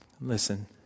Listen